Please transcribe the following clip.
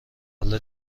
حالا